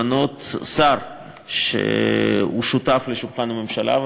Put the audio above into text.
למנות שר שהוא שותף לשולחן הממשלה,